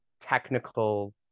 technical